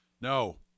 No